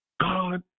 God